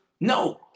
no